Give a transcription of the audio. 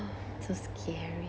so scary